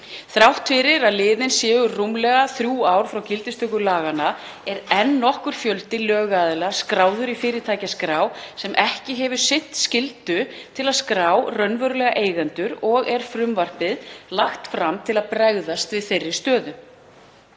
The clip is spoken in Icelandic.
Þrátt fyrir að liðin séu rúmlega þrjú ár frá gildistöku laganna er enn nokkur fjöldi lögaðila skráður í fyrirtækjaskrá sem ekki hefur sinnt skyldu til að skrá raunverulega eigendur og er frumvarpið lagt fram til að bregðast við þeirri stöðu.